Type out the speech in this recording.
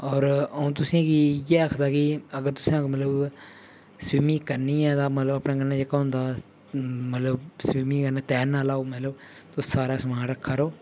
होर अ'ऊं तुसेंगी इ'यै आखदा कि अगर तुसें अगर मतलब स्वीमिंग करनी ऐ तां मतलब अपने कन्नै जेह्का होंदा मतलब स्वीमिंग कन्नै तैरने आह्ला ओह् मतलब ओह् सारा समान रक्खा करो